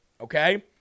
okay